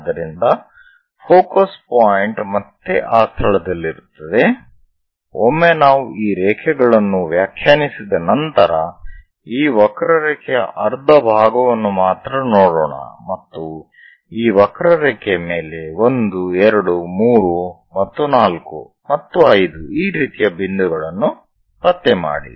ಆದ್ದರಿಂದ focus point ಮತ್ತೆ ಆ ಸ್ಥಳದಲ್ಲಿರುತ್ತದೆ ಒಮ್ಮೆ ನಾವು ಈ ರೇಖೆಗಳನ್ನು ವ್ಯಾಖ್ಯಾನಿಸಿದ ನಂತರ ಈ ವಕ್ರರೇಖೆಯ ಅರ್ಧ ಭಾಗವನ್ನು ಮಾತ್ರ ನೋಡೋಣ ಮತ್ತು ಈ ವಕ್ರರೇಖೆಯ ಮೇಲೆ 1 2 3 ಮತ್ತು 4 ಮತ್ತು 5 ರೀತಿಯ ಬಿಂದುಗಳನ್ನು ಪತ್ತೆ ಮಾಡಿ